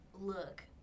look